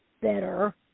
better –